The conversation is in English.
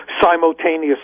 simultaneously